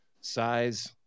size